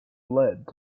led